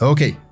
Okay